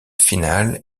final